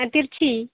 நான் திருச்சி